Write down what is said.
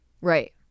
Right